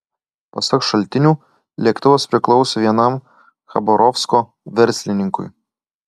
pasak šaltinių lėktuvas priklausė vienam chabarovsko verslininkui